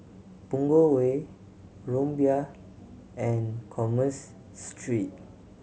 Punggol Way Rumbia and Commerce Street